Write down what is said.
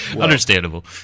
Understandable